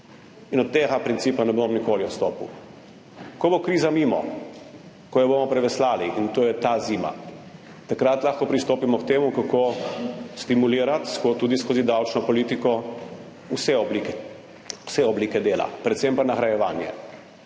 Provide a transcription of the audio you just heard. In od tega principa ne bom nikoli odstopil. Ko bo kriza mimo, ko jo bomo preveslali, in to je ta zima, takrat lahko pristopimo k temu, kako tudi skozi davčno politiko stimulirati vse oblike dela, predvsem pa nagrajevanje.